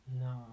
No